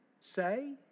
say